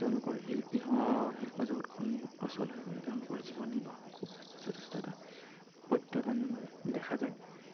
তেওঁলোকৰ শিল্পী শিল্প জগতখন অচল হৈ পৰে তেওঁলোকৰ জীৱন নিৰ্বাহ খুব যথেষ্ট এটা প্ৰত্যাহ্বান দেখা যায়